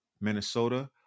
Minnesota